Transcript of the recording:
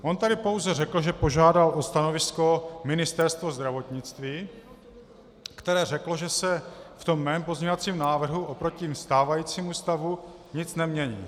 On tady pouze řekl, že požádal o stanovisko Ministerstvo zdravotnictví, které řeklo, že se v mém pozměňovacím návrhu oproti stávajícímu stavu nic nemění.